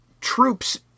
troops